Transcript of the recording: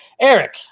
Eric